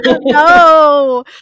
no